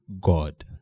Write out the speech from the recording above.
god